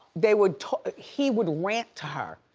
they would talk, he would rant to her,